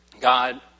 God